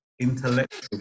intellectual